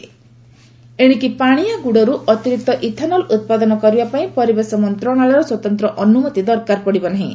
centre ethanol ଏଣିକି ପାଣିଆ ଗୁଡ଼ରୁ ଅତିରିକ୍ତ ଇଥାନଲ୍ ଉତ୍ପାଦନ କରିବାପାଇଁ ପରିବେଶ ମନ୍ତ୍ରଶାଳୟର ସ୍ୱତନ୍ତ୍ର ଅନ୍ଦ୍ରମତି ଦରକାର ପଡ଼ିବ ନାହିଁ